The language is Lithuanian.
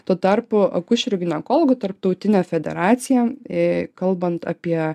tuo tarpu akušerių ginekologų tarptautinė federacijam į kalbant apie